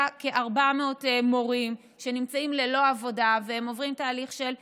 כ-400 מורים שנמצאים ללא עבודה והם עוברים תהליך של שפה,